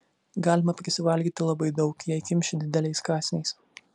galima prisivalgyti labai daug jei kimši dideliais kąsniais